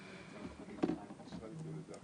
לכולן ולכולם.